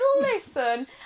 listen